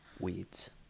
Weeds